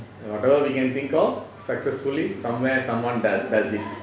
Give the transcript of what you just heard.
whatever we can think of successfully somewhere someone does it